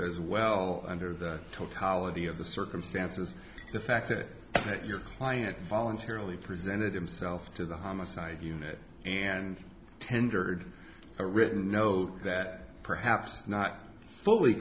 as well under the totality of the circumstances the fact that that your client voluntarily presented himself to the homicide unit and tendered a written note that perhaps not fully